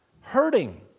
hurting